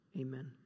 Amen